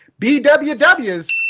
BWWs